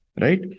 right